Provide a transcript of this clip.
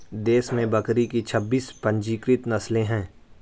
देश में बकरी की छब्बीस पंजीकृत नस्लें हैं